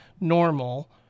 normal